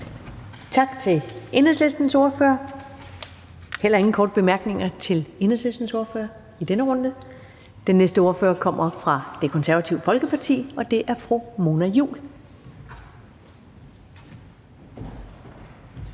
Tak til Enhedslistens ordfører. Der er heller ingen korte bemærkninger til Enhedslistens ordfører i denne runde. Den næste ordfører kommer fra Det Konservative Folkeparti, og det er fru Mona Juul.